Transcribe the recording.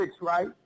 right